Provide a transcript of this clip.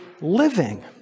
living